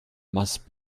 must